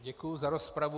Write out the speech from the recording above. Děkuji za rozpravu.